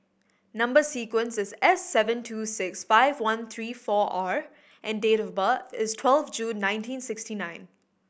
number sequence is S seven two six five one three four R and date of birth is twelve June nineteen sixty nine